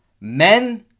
men